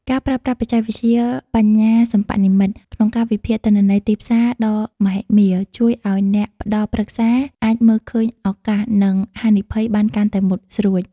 ការប្រើប្រាស់បច្ចេកវិទ្យាបញ្ញាសិប្បនិម្មិត ក្នុងការវិភាគទិន្នន័យទីផ្សារដ៏មហិមា ជួយឱ្យអ្នកផ្ដល់ប្រឹក្សាអាចមើលឃើញឱកាស និងហានិភ័យបានកាន់តែមុតស្រួច។